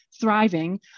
thriving